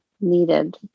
needed